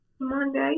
Monday